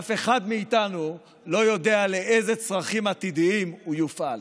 ואף אחד מאיתנו לא יודע לאיזה צרכים עתידיים הוא יופעל.